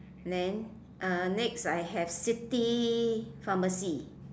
then uh next I have city pharmacy